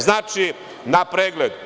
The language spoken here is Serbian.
Znači, na pregled.